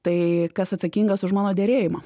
tai kas atsakingas už mano derėjimą